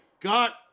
got